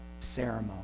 ceremony